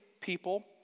people